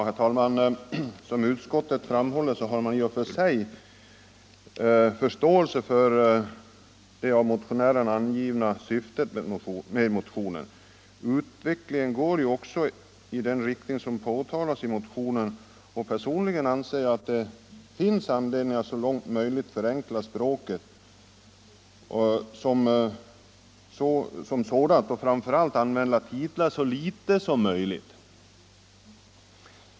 Herr talman! Som utskottet framhåller har man ”i och för sig förståelse för det av motionärerna angivna syftet med motionen”. Utvecklingen går ju också i den riktning som beskrivs i motionen. Personligen anser jag att det finns anledning att så långt möjligt förenkla språket som sådant och framför allt använda titlar så litet som möjligt.